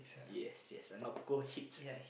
yes yes not hit